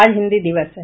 आज हिन्दी दिवस है